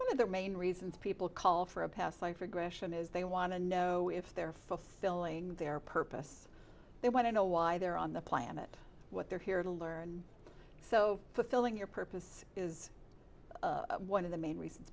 one of the main reasons people call for a past life regression is they want to know if they're fulfilling their purpose they want to know why they're on the planet what they're here to learn so fulfilling your purpose is one of the main reasons